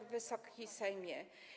Wysoki Sejmie!